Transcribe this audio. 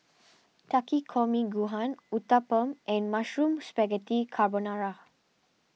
Takikomi Gohan Uthapam and Mushroom Spaghetti Carbonara